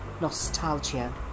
Nostalgia